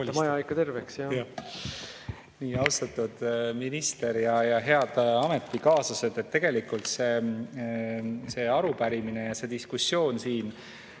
maja ikka terveks! Austatud minister! Head ametikaaslased! Tegelikult see arupärimine ja see diskussioon siin